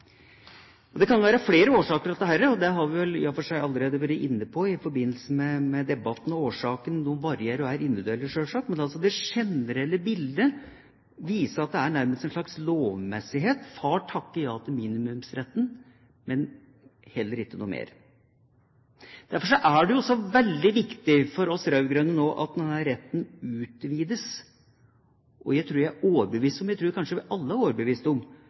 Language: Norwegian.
mer. Det kan være flere årsaker til dette. Det har vi vel i og for seg allerede vært inne på i debatten. Årsakene varierer og er selvsagt individuelle, men det generelle bildet viser at det er nærmest en slags lovmessighet: Far takker ja til minimumsretten, men heller ikke noe mer. Derfor er det veldig viktig for oss rød-grønne nå at denne retten utvides, og jeg tror vi alle er overbevist om